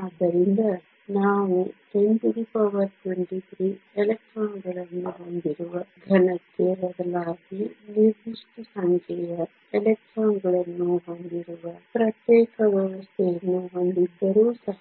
ಆದ್ದರಿಂದ ನಾವು 1023 ಎಲೆಕ್ಟ್ರಾನ್ಗಳನ್ನು ಹೊಂದಿರುವ ಘನಕ್ಕೆ ಬದಲಾಗಿ ನಿರ್ದಿಷ್ಟ ಸಂಖ್ಯೆಯ ಎಲೆಕ್ಟ್ರಾನ್ಗಳನ್ನು ಹೊಂದಿರುವ ಪ್ರತ್ಯೇಕ ವ್ಯವಸ್ಥೆಯನ್ನು ಹೊಂದಿದ್ದರೂ ಸಹ